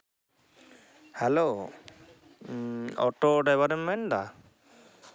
hello auto ᱰᱟᱭᱵᱷᱟᱨᱮᱢ ᱢᱮᱱ ᱮᱫᱟ